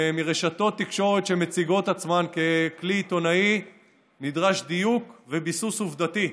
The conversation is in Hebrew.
ומרשתות תקשורת שמציגות עצמן ככלי עיתונאי נדרשים דיוק וביסוס עובדתי,